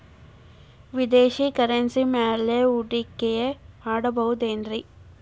ವಿದೇಶಿ ಕರೆನ್ಸಿ ಮ್ಯಾಲೆ ಹೂಡಿಕೆ ಮಾಡಬಹುದೇನ್ರಿ?